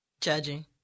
Judging